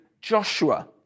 Joshua